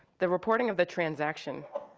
the reporting of the transaction.